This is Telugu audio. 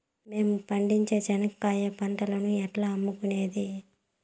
మేము పండించే చెనక్కాయ పంటను ఎట్లా అమ్ముకునేది?